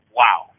wow